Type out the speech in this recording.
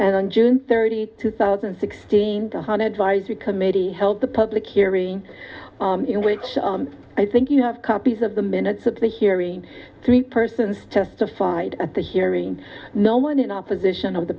and on june thirtieth two thousand and sixteen to one advisory committee held the public hearing in which i think you have copies of the minutes of the hearing three persons testified at the hearing no one in opposition of the